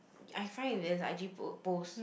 I find if there's a I_G po~ post